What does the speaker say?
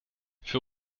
für